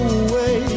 away